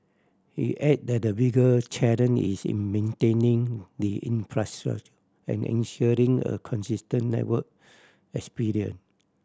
he add that the bigger challenge is in maintaining the infrastructure and ensuring a consistent network experience